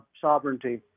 sovereignty